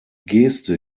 geste